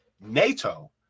NATO